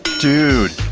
dude.